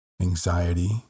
anxiety